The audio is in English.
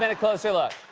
and a closer look.